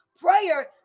Prayer